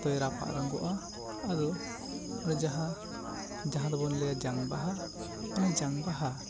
ᱛᱚᱭ ᱨᱟᱯᱟᱜ ᱨᱚᱸᱜᱚᱜᱼᱟ ᱟᱫᱚ ᱡᱟᱦᱟᱸ ᱡᱟᱦᱟᱸ ᱫᱚ ᱵᱚᱱ ᱞᱟᱹᱭ ᱭᱟ ᱡᱟᱝ ᱵᱟᱦᱟ ᱚᱱᱟ ᱡᱟᱝ ᱵᱟᱦᱟ